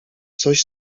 coś